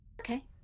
Okay